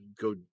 go